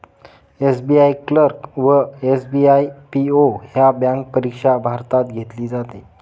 SBI clerk व SBI PO ह्या bank परीक्षा भारतात घेतली जाते